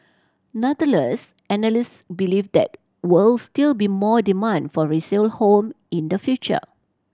nonetheless analyst believe that will still be more demand for resale home in the future